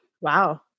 Wow